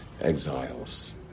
exiles